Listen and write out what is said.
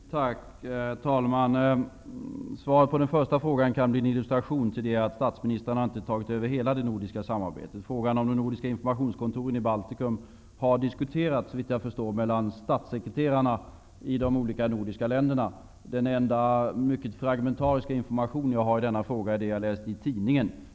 Herr talman! Svaret på den första frågan kan bli en illustration till det att statsministrarna inte har tagit över hela det nordiska samarbetet. Frågan om de nordiska informationskontoren i Baltikum har, såvitt jag förstår, diskuterats mellan statssekreterarna i de olika nordiska länderna. Den enda mycket fragmentariska information som jag har i denna fråga är det som jag har läst i tidningen.